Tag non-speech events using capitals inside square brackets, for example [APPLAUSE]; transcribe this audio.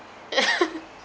[LAUGHS]